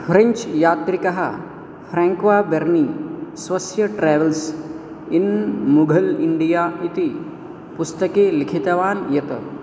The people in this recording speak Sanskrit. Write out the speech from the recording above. फ़्रेञ्च् यात्रिकः फ़्राङ्क्वा बेर्नी स्वस्य ट्रावेल्स् इन् मुघल् इण्डिया इति पुस्तके लिखितवान् यत्